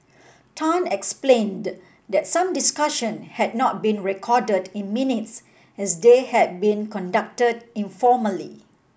Tan explained that some discussion had not been recorded in minutes as they had been conducted informally